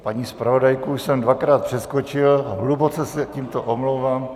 Paní zpravodajku už jsem dvakrát přeskočil, hluboce se tímto omlouvám.